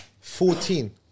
Fourteen